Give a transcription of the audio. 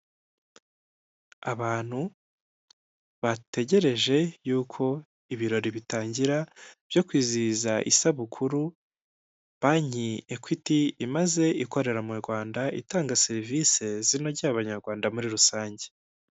Abantu bategereje yuko ibirori bitangira byo kwizihiza isabukuru, banki ekwiti imaze ikorera mu rwanda itanga serivisi zinogeye abanyarwanda muri rusange.